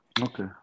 Okay